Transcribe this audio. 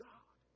God